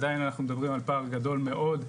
עדיין אנחנו מדברים על פער גדול מאוד,